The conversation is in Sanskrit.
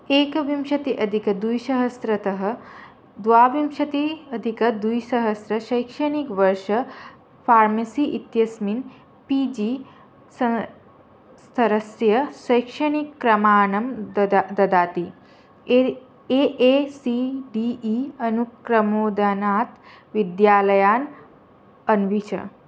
एकविंशतिः अधिकद्विशहस्रतः द्वाविंशतिः अधिकद्विसहस्रशैक्षणिकवर्षे फ़ार्मसि इत्यस्मिन् पि जि सन्ति स्तरस्य शैक्षणिकक्रमान् ददाति ददाति ये ए ए सि डि इ अनुक्रमोदनात् विद्यालयान् अन्विष